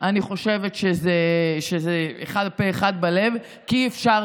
אני חושבת שזה אחד בפה ואחד בלב; כי אי-אפשר,